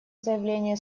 заявление